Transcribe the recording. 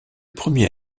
premier